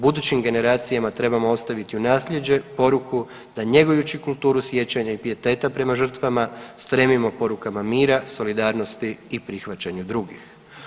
Budućim generacijama trebamo ostaviti u nasljeđe poruku da njegujući kulturu sjećanja i pijeteta prema žrtvama, stremimo porukama mira, solidarnosti i prihvaćanju drugih.